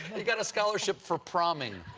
he got a scholarship for promming